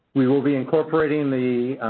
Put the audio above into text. we will be incorporating the